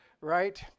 right